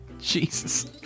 Jesus